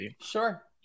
Sure